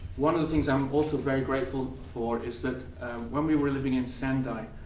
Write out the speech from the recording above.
one of the things i'm also very grateful for is that when we were living in sendai,